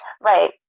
right